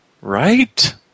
Right